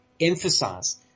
emphasize